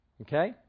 Okay